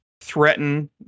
threaten